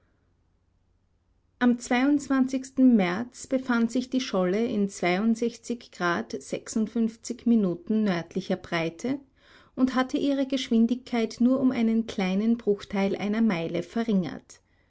am märz befand sich die scholle in grad minuten nördlicher breite und hatte ihre geschwindigkeit nur um einen kleinen bruchteil einer meile verringert